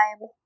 time